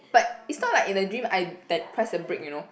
but it's not like in the dream I like press the brake you know